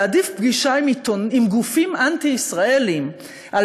להעדיף פגישה עם גופים אנטי-ישראליים על